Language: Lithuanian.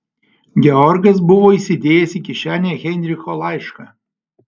georgas buvo įsidėjęs į kišenę heinricho laišką